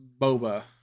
Boba